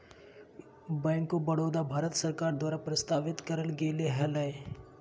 bank of Baroda, Bharat सरकार द्वारा प्रस्तावित करल गेले हलय